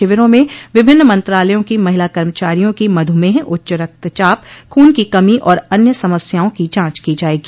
शिविरों में विभिन्न मंत्रालयों की महिला कर्मचारियों की मधुमेह उच्च रक्तचाप खून की कमी और अन्य समस्याओं की जांच की जायेगी